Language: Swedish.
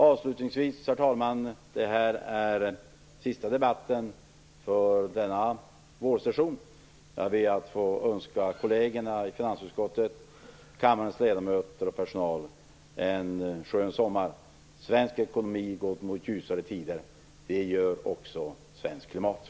Avslutningsvis, herr talman: Det här är den sista debatten för denna vårsession, och jag ber att få önska kollegerna i finansutskottet, kammarens ledamöter och personal en skön sommar. Svensk ekonomi går mot ljusare tider. Det gör också det svenska klimatet.